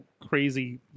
crazy